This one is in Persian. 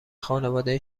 خانواده